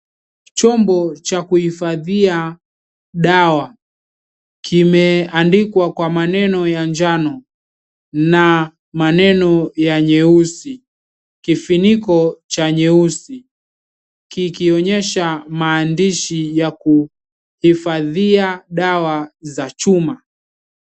Chombo cha kuhifadhia dawa kimeandikwa kwa maneno ya njano na maneno ya nyeusi. Kifuniko cha nyeusi kikionyesha maandishi ya kuhifadhia dawa za chuma.